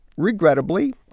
Regrettably